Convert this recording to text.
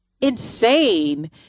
insane